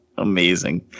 Amazing